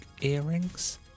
earrings